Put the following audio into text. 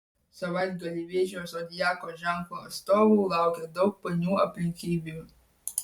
savaitgalį vėžio zodiako ženklo atstovų laukia daug painių aplinkybių